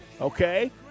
okay